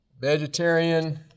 vegetarian